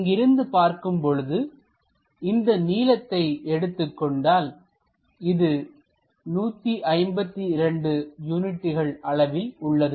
இங்கிருந்து பார்க்கும் பொழுது இந்த நீளத்தை எடுத்துக்கொண்டால்இது 152 யூனிட்டுகள் அளவில் உள்ளது